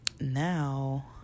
now